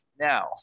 now